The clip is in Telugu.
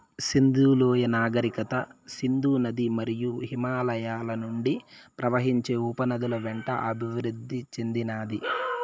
సింధు లోయ నాగరికత సింధు నది మరియు హిమాలయాల నుండి ప్రవహించే ఉపనదుల వెంట అభివృద్ది చెందినాది